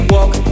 Walk